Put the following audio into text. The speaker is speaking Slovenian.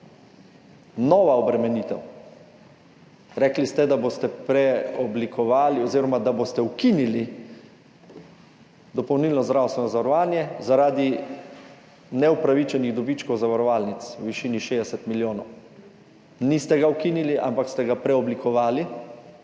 nova obremenitev. Rekli ste, da boste preoblikovali oziroma da boste ukinili dopolnilno zdravstveno zavarovanje zaradi neupravičenih dobičkov zavarovalnic v višini 60 milijonov. Niste ga ukinili, ampak ste ga preoblikovali